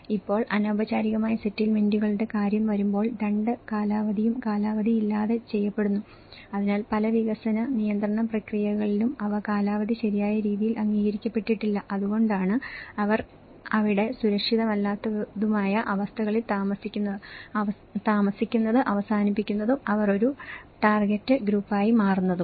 ഇപ്പോൾ അനൌപചാരികമായ സെറ്റിൽമെന്റുകളുടെ കാര്യം വരുമ്പോൾ രണ്ട് കാലാവധിയും കാലാവധിയില്ലാതെ ചെയ്യപ്പെടുന്നു അതിനാൽ പല വികസന നിയന്ത്രണ പ്രക്രിയകളിലും അവ കാലാവധി ശരിയായ രീതിയിൽ അംഗീകരിക്കപ്പെട്ടില്ലഅതുകൊണ്ടാണ് അവർ അവിടെ സുരക്ഷിതമല്ലാത്തതുമായ അവസ്ഥകളിൽ താമസിക്കുന്നത് അവസാനിപ്പിക്കുന്നതും അവർ ഒരു ടാർഗെറ്റ് ഗ്രൂപ്പായി മാറുന്നതും